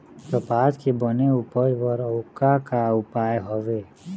कपास के बने उपज बर अउ का का उपाय हवे?